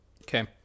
Okay